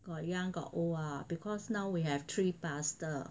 got young got old ah because now we have three pastor